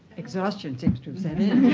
exhaustion seems to have set in.